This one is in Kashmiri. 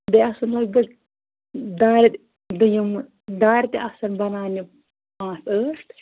بیٚیہِ آسن لگ بگ دارِ دٔیِمہٕ دارِ تہِ آس اَسہِ بناونہِ پانٛژھ ٲٹھ